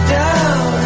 down